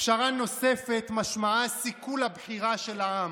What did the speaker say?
פשרה נוספת משמעה סיכול הבחירה של העם.